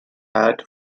had